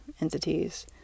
entities